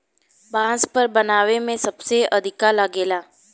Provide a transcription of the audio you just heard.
बांस घर बनावे में सबसे अधिका लागेला